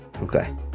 Okay